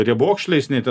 riebokšliais nei ten